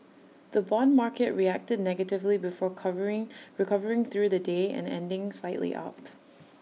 the Bond market reacted negatively before covering recovering through the day and ending slightly up